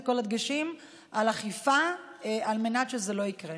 כל הדגשים על אכיפה על מנת שזה לא יקרה.